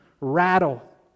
rattle